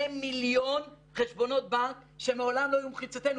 מיליון חשבונות בנק שמעולם לא היו במחיצתנו,